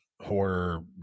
horror